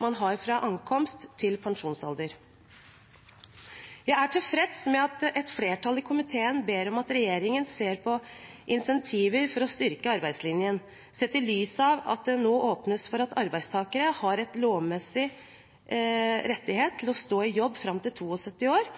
man har fra ankomst til pensjonsalder. Jeg er tilfreds med at et flertall i komiteen ber om at regjeringen ser på incentiver for å styrke arbeidslinjen, sett i lys av at det nå åpnes for at arbeidstakere har en lovmessig rettighet til å stå i jobb fram til 72 år,